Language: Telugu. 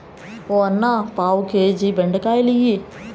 ఓ అన్నా, పావు కేజీ బెండకాయలియ్యి